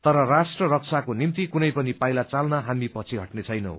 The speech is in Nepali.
तर राष्ट्र रक्षाको निम्ति कुनै पश्चिपाइला चाल्न हामी पछि हटनेछैनौ